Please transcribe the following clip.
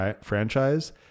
franchise